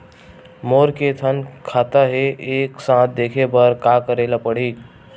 मोर के थन खाता हे एक साथ देखे बार का करेला पढ़ही?